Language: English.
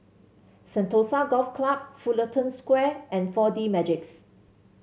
Sentosa Golf Club Fullerton Square and Four D Magix